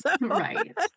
right